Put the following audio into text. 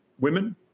women